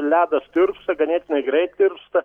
ledas tirpsta ganėtinai greit tirpsta